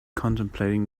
contemplating